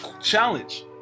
Challenge